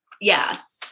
Yes